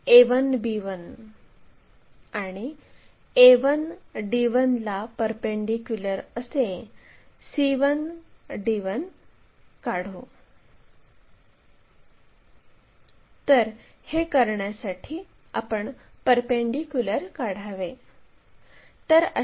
आता 60 मिमी लांबीची लाईन काढा आणि येथे या बिंदूला q असे म्हणू